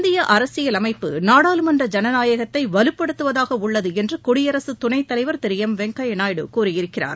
இந்திய அரசியலமைப்பு நாடாளுமன்ற ஜனநாயகத்தை வலுப்படுத்துவதாக உள்ளது என்று குடியரசு துணைத் தலைவர் திரு எம் வெங்கய்ய நாயுடு கூறியிருக்கிறார்